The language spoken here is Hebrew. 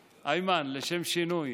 איימן, לשם שינוי,